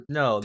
no